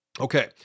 Okay